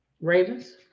Ravens